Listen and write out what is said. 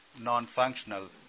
non-functional